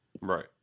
Right